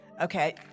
Okay